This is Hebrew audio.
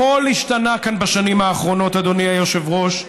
הכול השתנה כאן בשנים האחרונות, אדוני היושב-ראש,